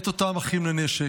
עם אותם אחים לנשק,